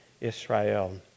Israel